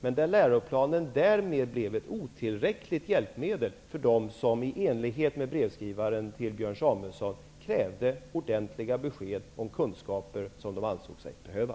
Men läroplanen blev därmed ett otillräckligt hjälpmedel för dem som, i likhet med brevskrivaren till Björn Samuelson, krävde ordentliga besked om kunskaper som de ansåg sig behöva.